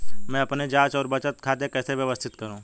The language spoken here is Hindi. मैं अपनी जांच और बचत खाते कैसे व्यवस्थित करूँ?